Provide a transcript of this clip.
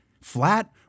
Flat